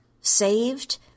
saved